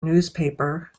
newspaper